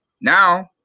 now